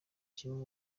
kimwe